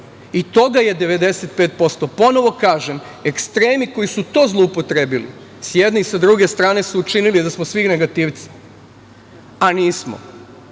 i toga je 95%.Ponovo kažem, ekstremi koji su to zloupotrebili, s jedne i s druge strane su učinili da smo svi negativci, a nismo. Daću